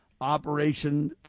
Operation